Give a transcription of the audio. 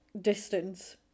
distance